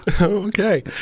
Okay